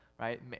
right